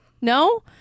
No